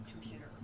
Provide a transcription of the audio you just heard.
computer